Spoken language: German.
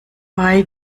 bei